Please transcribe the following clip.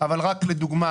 אבל לדוגמה,